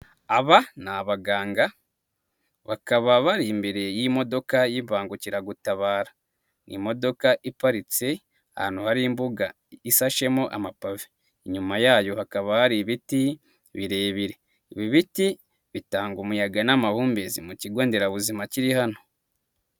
Aba ni abaganga, bakaba bari imbere y'imodoka y'Ibangukiragutabara. Ni imodokadoka iparitse ahantu hari imbuga isashemo amapave. Inyuma yayo hakaba hari ibiti birebire. Ibi biti bitanga umuyaga n'amabumbezi mu kigo nderabuzima kiri hano.